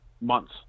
months